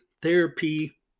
Therapy